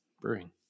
brewing